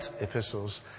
epistles